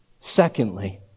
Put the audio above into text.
Secondly